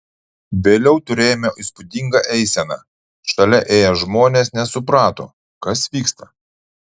vėliau turėjome įspūdingą eiseną šalia ėję žmonės nesuprato kas vyksta